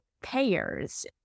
payers